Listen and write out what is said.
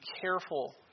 careful